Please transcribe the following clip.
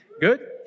Good